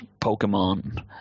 Pokemon